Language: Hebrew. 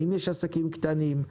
האם יש עסקים קטנים,